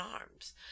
arms